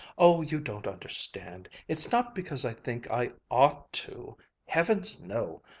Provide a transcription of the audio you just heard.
oh, you don't understand. it's not because i think i ought to heavens, no!